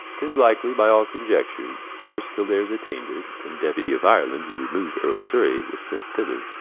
tis likely, by all coniectures first kildares attendure then deputy of ireland, who remou'd earle surrey, was sent thither,